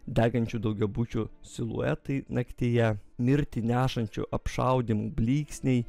degančių daugiabučių siluetai naktyje mirtį nešančių apšaudymų blyksniai